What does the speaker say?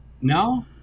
No